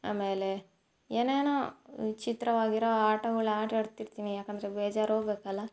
ಆಮೇಲೆ ಏನೇನೋ ವಿಚಿತ್ರವಾಗಿರೋ ಆಟಗಳು ಆಟಾಡ್ತಿರ್ತೀನಿ ಯಾಕಂದರೆ ಬೇಜಾರ್ ಹೋಗ್ಬೇಕಲ್ಲ